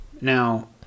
Now